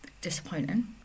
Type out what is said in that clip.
disappointing